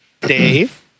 Dave